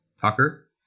Tucker